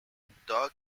doug